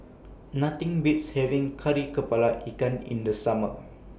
Nothing Beats having Kari Kepala Ikan in The Summer